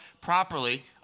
properly